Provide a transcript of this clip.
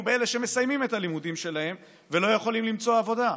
באלה שמסיימים את הלימודים שלהם ולא יכולים למצוא עבודה.